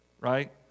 right